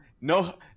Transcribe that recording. no